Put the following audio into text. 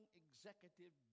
executive